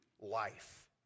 life